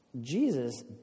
Jesus